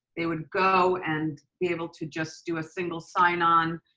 they would go and be able to just do a single sign on.